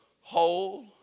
whole